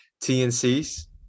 tnc's